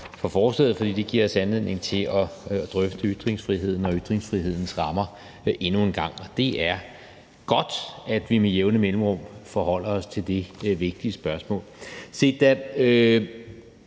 fordi det giver os anledning til at drøfte ytringsfriheden og ytringsfrihedens rammer endnu en gang. Og det er godt, at vi med jævne mellemrum forholder os til det vigtige spørgsmål.